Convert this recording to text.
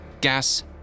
gas